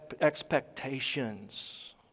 expectations